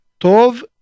Tov